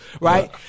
right